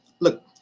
Look